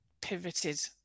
pivoted